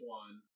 one